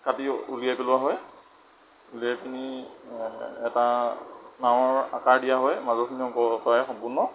কাটি উলিয়াই পেলোৱা হয় উলিয়াই পেনি এটা নাৱৰ আকাৰ দিয়া হয় মাজৰখিনি আঁতৰাই সম্পূৰ্ণ